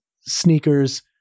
sneakers